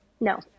No